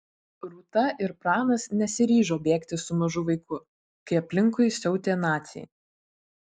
rūta ir pranas nesiryžo bėgti su mažu vaiku kai aplinkui siautė naciai